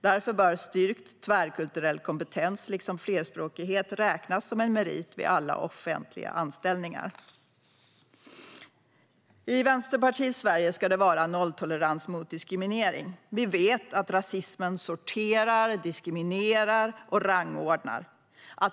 Därför bör styrkt tvärkulturell kompetens liksom flerspråkighet räknas som meriter vid alla offentliga anställningar. I Vänsterpartiets Sverige ska det råda nolltolerans mot diskriminering. Vi vet att rasismen sorterar, diskriminerar och rangordnar.